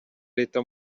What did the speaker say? leta